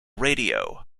radio